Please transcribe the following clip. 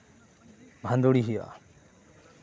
ᱵᱷᱟᱺᱫᱩᱲᱮ ᱦᱩᱭᱩᱜᱼᱟ